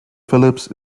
phillips